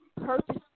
Purchase